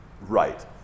right